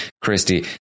Christy